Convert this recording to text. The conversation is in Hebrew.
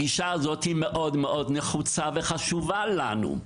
הגישה הזאת היא מאוד נחוצה וחשובה לנו.